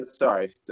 sorry